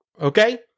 Okay